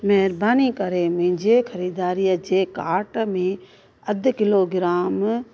महिरबानी करे मुंहिंजे ख़रीदारीअ जे कार्ट में अधु किलोग्राम